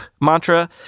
mantra